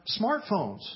smartphones